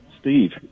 Steve